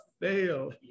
fail